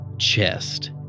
chest